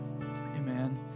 Amen